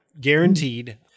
guaranteed